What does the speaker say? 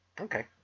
Okay